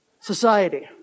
society